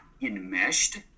enmeshed